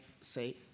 say